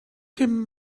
him